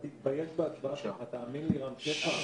אתה תתבייש בהצבעה שלך, תאמין לי, רם שפע.